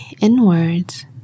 inwards